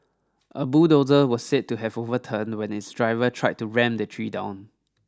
a bulldozer was said to have overturned when its driver tried to ram the tree down